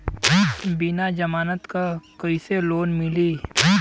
बिना जमानत क कइसे लोन मिली?